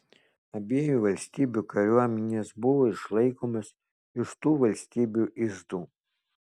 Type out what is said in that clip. abiejų valstybių kariuomenės buvo išlaikomos iš tų valstybių iždų